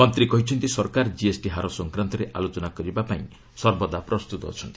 ମନ୍ତ୍ରୀ କହିଛନ୍ତି ସରକାର ଜିଏସ୍ଟି ହାର ସଂକ୍ରାନ୍ତରେ ଆଲୋଚନା କରିବା ପାଇଁ ସର୍ବଦା ପ୍ରସ୍ତତ ଅଛନ୍ତି